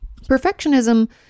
perfectionism